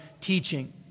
teaching